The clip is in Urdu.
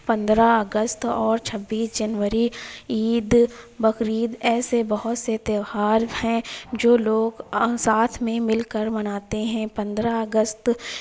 پندرہ اگست اور چھبیس جنوری عید بقرعید ایسے بہت سے تیوہار ہیں جو لوگ ساتھ میں مل کر مناتے ہیں پندرہ اگست